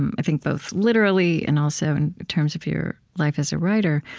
and i think, both literally, and also, in terms of your life as a writer.